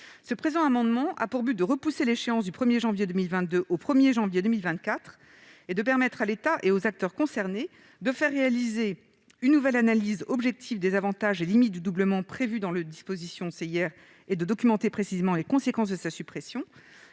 Cet amendement vise à repousser l'échéance du 1 janvier 2022 au 1 janvier 2024 et de permettre à l'État et aux acteurs concernés de faire réaliser une nouvelle analyse objective des avantages et limites du doublement prévu dans le dispositif CIR, de documenter précisément les conséquences de cette suppression,